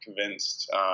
convinced